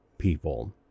People